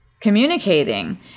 communicating